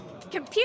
Computer